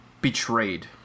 betrayed